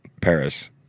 Paris